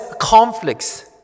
conflicts